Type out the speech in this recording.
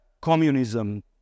communism